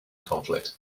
conflict